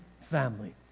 family